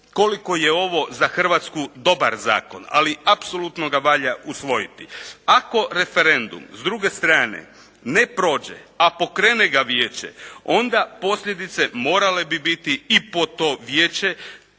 koliko je ovo za Hrvatsku dobar zakon ali apsolutno ga valja usvojiti. Ako referendum s druge strane ne prođe, a pokrene ga Vijeće onda posljedice bi morale biti i po to vijeće